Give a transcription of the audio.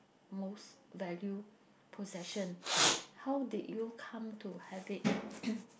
most value possession how did you come to have it